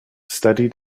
study